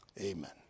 amen